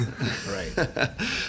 Right